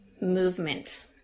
movement